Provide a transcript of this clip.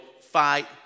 fight